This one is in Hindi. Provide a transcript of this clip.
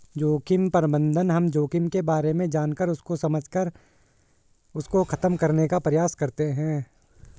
जोखिम प्रबंधन हम जोखिम के बारे में जानकर उसको समझकर उसको खत्म करने का प्रयास करते हैं